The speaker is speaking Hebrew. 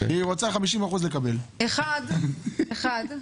דבר ראשון,